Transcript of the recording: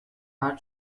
are